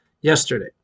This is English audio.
yesterday